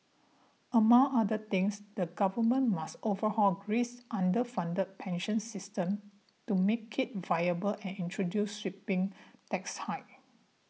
among other things the government must overhaul Greece's underfunded pension system to make it viable and introduce sweeping tax hikes